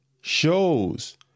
shows